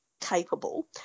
capable